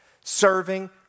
serving